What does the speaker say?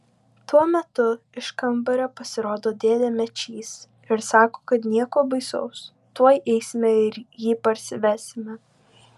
tuo metu iš kambario pasirodo dėdė mečys ir sako kad nieko baisaus tuoj eisime ir jį parsivesime